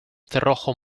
cerrojo